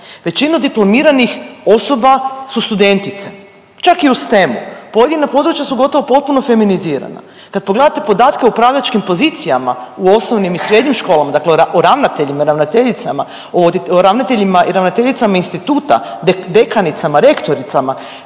većinu diplomiranih osoba su studentice, čak i u STEM-u pojedina područja su gotovo potpuno feminizirana. Kad pogledate podatke o upravljačkim pozicijama u osnovnim i srednjim školama, dakle o ravnateljima, ravnateljicama, o ravnateljima i ravnateljicama